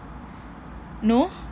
no